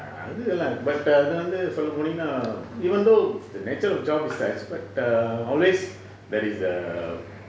அதுலா:athula but err அது வந்து சொல்லபோனிங்கன்னா:athu vanthu sollaponiganna even though the nature of job is a expert err always there is a